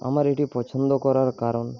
আমার এটি পছন্দ করার কারণ